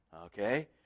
Okay